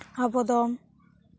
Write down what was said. ᱟᱵᱚ ᱫᱚ